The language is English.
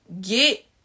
get